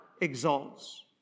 exalts